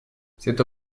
cette